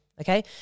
okay